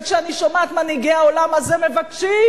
וכשאני שומעת את מנהיגי העולם הזה מבקשים: